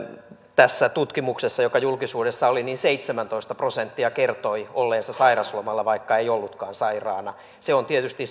tässä tutkimuksessa joka julkisuudessa oli seitsemäntoista prosenttia kertoi olleensa sairauslomalla vaikka ei ollutkaan sairaana se on tietysti